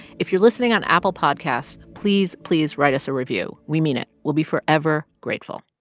if you're listening on apple podcast, please, please write us a review. we mean it. we'll be forever grateful